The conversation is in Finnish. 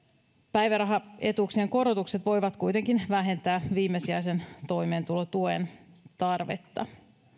päivärahaetuuksien korotukset voivat kuitenkin vähentää viimesijaisen toimeentulotuen tarvetta